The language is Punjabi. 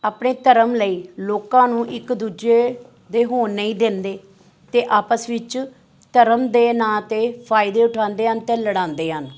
ਆਪਣੇ ਧਰਮ ਲਈ ਲੋਕਾਂ ਨੂੰ ਇੱਕ ਦੂਜੇ ਦੇ ਹੋਣ ਨਹੀਂ ਦਿੰਦੇ ਅਤੇ ਆਪਸ ਵਿੱਚ ਧਰਮ ਦੇ ਨਾਂ ਤੇ ਫ਼ਾਇਦੇ ਉਠਾਉਂਦੇ ਹਨ ਅਤੇ ਲੜਾਉਂਦੇ ਹਨ